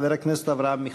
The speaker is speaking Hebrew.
חבר הכנסת אברהם מיכאלי.